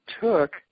took